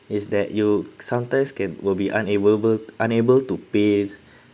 is that you sometimes can will be unable ble unable to pay